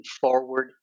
forward